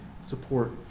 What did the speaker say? support